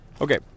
Okay